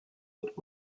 but